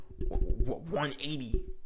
$180